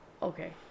Okay